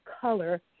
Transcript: color